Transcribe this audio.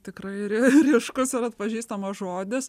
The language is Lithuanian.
tikrai re ryškus ir atpažįstamas žodis